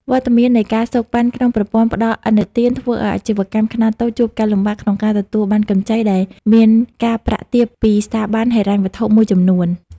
វត្តមាននៃ ការសូកប៉ាន់ ក្នុងប្រព័ន្ធផ្ដល់ឥណទាន ធ្វើឱ្យអាជីវកម្មខ្នាតតូចជួបការលំបាកក្នុងការទទួលបានកម្ចីដែលមានការប្រាក់ទាបពីស្ថាប័នហិរញ្ញវត្ថុមួយចំនួន។